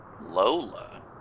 Lola